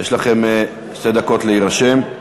יש לכם שתי דקות להירשם.